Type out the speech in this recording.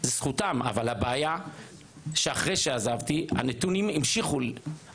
זאת זכותם, רק הבעיה שהנתונים לא השתנו.